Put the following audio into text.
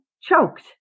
choked